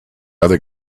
other